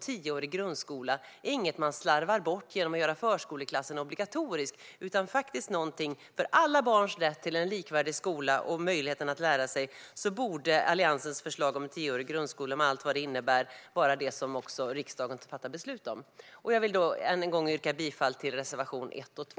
Tioårig grundskola är inget man slarvar bort genom att göra förskoleklassen obligatorisk. Det är någonting man gör för alla barns rätt till en likvärdig skola och möjligheten att lära sig. Därför borde Alliansens förslag om en tioårig grundskola med allt vad det innebär vara det som riksdagen fattar beslut om. Jag vill än en gång yrka bifall till reservation 1 och 2.